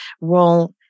role